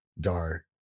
Dar